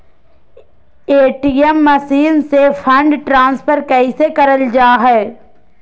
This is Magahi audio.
ए.टी.एम मसीन से फंड ट्रांसफर कैसे करल जा है?